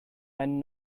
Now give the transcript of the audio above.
einen